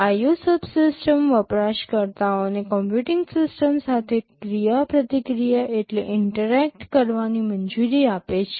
IO સબસિસ્ટમ વપરાશકર્તાઓને computing system સાથે ક્રિયાપ્રતિક્રિયા કરવાની મંજૂરી આપે છે